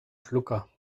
schlucker